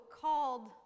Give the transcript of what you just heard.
called